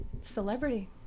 Celebrity